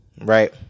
right